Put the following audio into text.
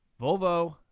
volvo